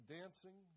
dancing